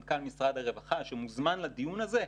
מנכ"ל משרד הרווחה שמוזמן לדיון הזה,